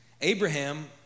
Abraham